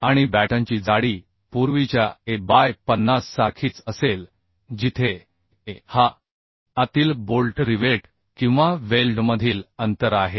आणि बॅटनची जाडी पूर्वीच्या a बाय 50 सारखीच असेल जिथे a हा आतील बोल्ट रिवेट किंवा वेल्डमधील अंतर आहे